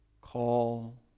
call